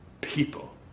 people